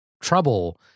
trouble